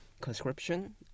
conscription